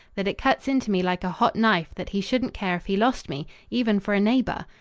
that it cuts into me like a hot knife that he shouldn't care if he lost me even for a neighbour.